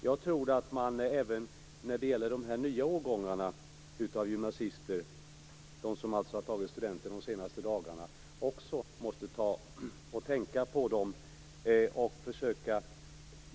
Jag tror att man på något sätt måste hjälpa även de nya årgångarna av gymnasister, alltså dem som har tagit studenten de senaste dagarna.